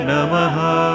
Namaha